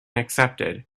accepted